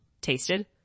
tasted